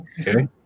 Okay